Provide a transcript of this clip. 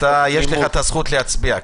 אז יש לך זכות להצביע.